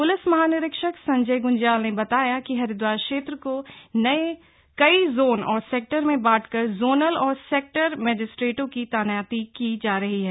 police महानिरीक्षक संजय ग्रंज्याल ने बताया कि हरिद्वार क्षेत्र को कई जोन और सेक्टर में बांट कर जोनल और सेक्टर मजिस्ट्रेटों की तैनाती की जा रही है